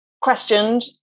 questioned